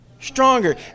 Stronger